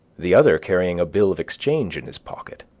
the other carrying a bill of exchange in his pocket.